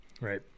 Right